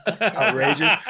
outrageous